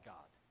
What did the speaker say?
God